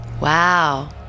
Wow